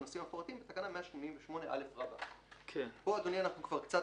בנושאים המפורטים בתקנה 188א". פה אנחנו קצת